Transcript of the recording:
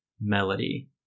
melody